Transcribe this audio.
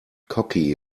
cocky